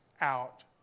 out